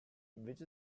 which